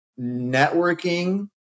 networking